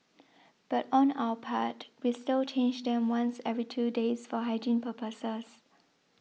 but on our part we still change them once every two days for hygiene purposes